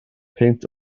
peint